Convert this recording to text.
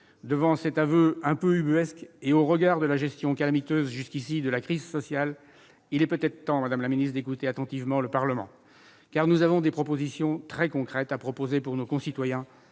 Devant cet aveu un peu ubuesque, et au regard de la gestion calamiteuse, jusqu'à présent, de la crise sociale, il est peut-être temps, madame la ministre, d'écouter attentivement le Parlement. Nous avons en effet des propositions très concrètes pour nos concitoyens,